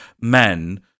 men